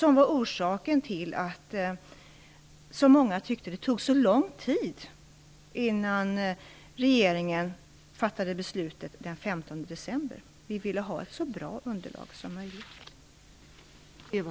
Orsaken till att det, som många tyckte, tog så lång tid innan regeringen fattade beslutet den 15 december var alltså att vi ville ha ett så bra underlag som möjligt.